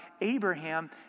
Abraham